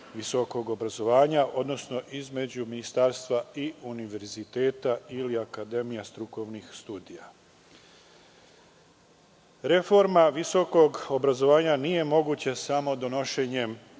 visokog obrazovanja, odnosno između Ministarstva i univerziteta ili akademija strukovnih studija. Reforma visokog obrazovanja nije moguća samo donošenjem